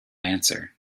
answer